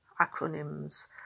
acronyms